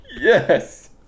yes